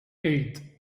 eight